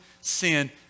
sin